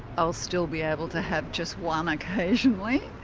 i'll still be able to have just one occasionally,